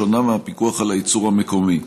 שונה מהפיקוח על הייצור המקומי.